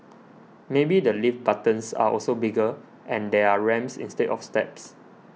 maybe the lift buttons are also bigger and there are ramps instead of steps